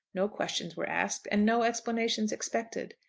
no questions were asked, and no explanations expected.